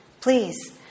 please